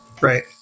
Right